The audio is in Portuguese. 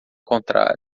contrário